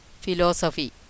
philosophy